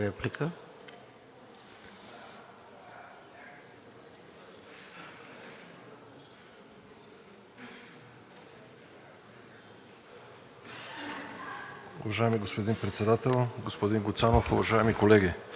Уважаеми господин Председател, господин Гуцанов, уважаеми колеги! Господин Гуцанов, аз съм съгласен с Вашите заключения, но Вие не споменахте някои важни неща.